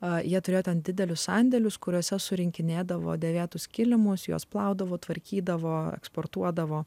o jie turėjo ten didelius sandėlius kuriuose surinkinėdavo dėvėtus kilimus jos plaudavo tvarkydavo eksportuodavo